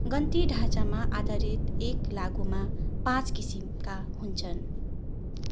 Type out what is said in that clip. गन्ती ढाँचामा आधारित एक लाघुमा पाँच किसिमका हुन्छन्